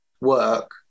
work